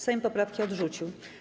Sejm poprawki odrzucił.